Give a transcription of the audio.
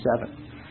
seven